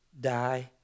die